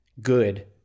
good